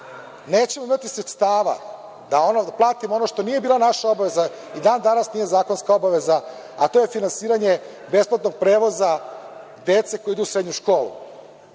Nećemo imati sredstava da platimo ono što nije bila naša obaveza i dan danas nije zakonska obaveza, a to je finansiranje besplatnog prevoza dece koja idu u srednju školu.U